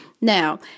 Now